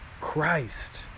Christ